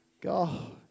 God